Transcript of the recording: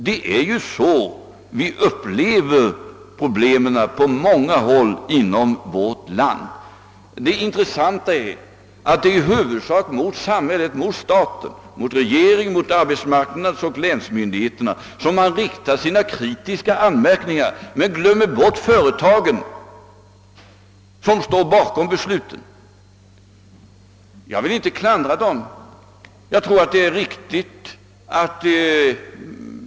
Det är ju så vi upplever problemen på många håll i vårt land. Det intressanta är att det i huvudsak är mot samhället, staten, regeringen samt arbetsmarknadsoch länsmyndigheterna som man riktar sina kritiska anmärkningar, men man glömmer bort företagen som står bakom besluten. Jag vill inte klandra detta.